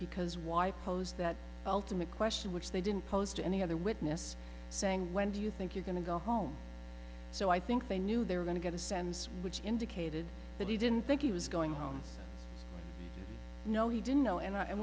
because why pose that ultimate question which they didn't post any other witness saying when do you think you're going to go home so i think they knew they were going to get a sense which indicated that he didn't think he was going home no he didn't know and